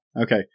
Okay